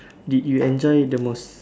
did you enjoy the most